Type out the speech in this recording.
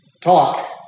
talk